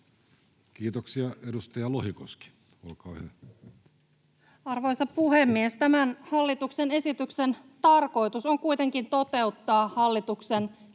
Kiitoksia. — Edustaja Lohikoski, olkaa hyvä. Arvoisa puhemies! Tämän hallituksen esityksen tarkoitus on kuitenkin toteuttaa hallituksen